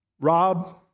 Rob